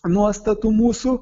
nuostatų mūsų